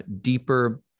deeper